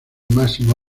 máximo